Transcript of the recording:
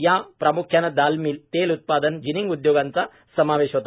या प्राम्ख्याने दालमील तेल उत्पादन जिनिंग उद्योगांचा समावेश होता